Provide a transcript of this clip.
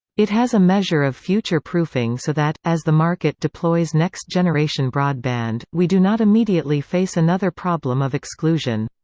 it has a measure of future-proofing so that, as the market deploys next-generation broadband, we do not immediately face another problem of exclusion.